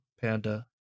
Panda